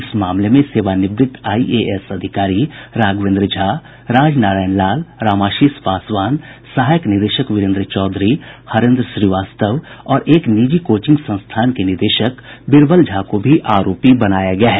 इस मामले में सेवानिवृत आईएएस अधिकारी राघवेन्द्र झा राज नारायण लाल रामाशीष पासवान सहायक निदेशक वीरेन्द्र चौधरी हरेन्द्र श्रीवास्तव और एक निजी कोचिंग संस्थान के निदेशक बीरबल झा को भी आरोपी बनाया गया है